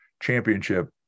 championship